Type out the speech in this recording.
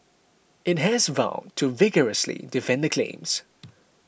it has vowed to vigorously defend the claims